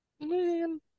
Man